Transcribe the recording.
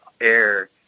air